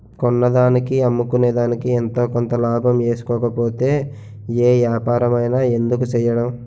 కొన్నదానికి అమ్ముకునేదికి ఎంతో కొంత లాభం ఏసుకోకపోతే ఏ ఏపారమైన ఎందుకు సెయ్యడం?